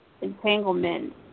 entanglement